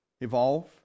evolve